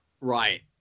Right